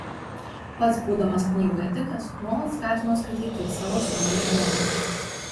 pats būdamas knygų ėdikas nuolat skatino skaityti ir savo sūnų jeronimą